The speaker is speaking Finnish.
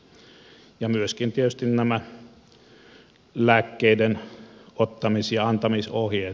sitten tietysti ovat myöskin lääkkeiden ottamis ja antamisohjeet